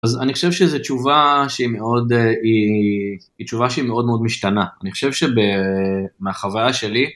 אז אני חושב שזו תשובה שהיא מאוד משתנה, אני חושב שמחוויה שלי